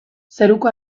zeruko